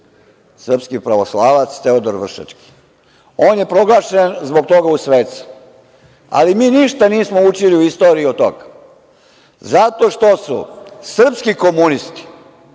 srpski pravoslavac, Teodor Vršački. On je proglašen za sveca, ali mi ništa nismo učili iz istorije od toga zato što su srpski komunisti,